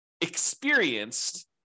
experienced